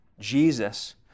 Jesus